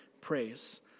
praise